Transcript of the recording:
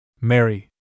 Mary